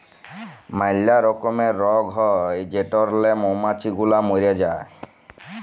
ম্যালা রকমের রগ হ্যয় যেটরলে মমাছি গুলা ম্যরে যায়